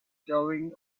going